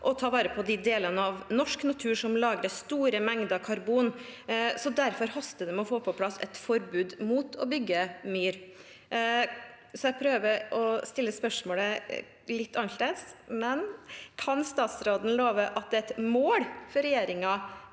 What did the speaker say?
og ta vare på de delene av norsk natur som lagrer store mengder karbon, så derfor haster det med å få på plass et forbud mot å bygge i myr. Jeg prøver å stille spørsmålet litt annerledes: Kan statsråden love at det er et mål for regjeringen